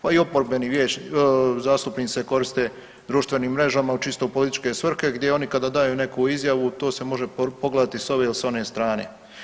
Pa i oporbeni zastupnice koriste društvenim mrežama u čisto političke svrhe, gdje oni kada daju neku izjavu, to se može pogledati s ove ili s one strane.